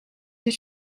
dat